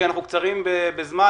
כי אנחנו קצרים בזמן,